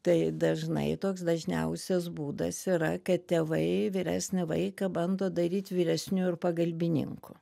tai dažnai toks dažniausias būdas yra kad tėvai vyresnį vaiką bando daryt vyresniu ir pagalbininku